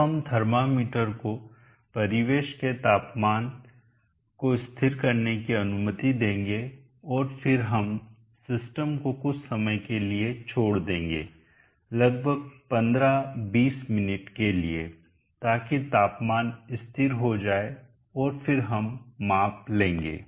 अब हम थर्मामीटर को परिवेश के तापमान को स्थिर करने की अनुमति देंगे और फिर हम सिस्टम को कुछ समय के लिए छोड़ देंगे लगभग 15 20 मिनट के लिए ताकि तापमान स्थिर हो जाए और फिर हम माप लेंगे